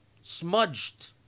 smudged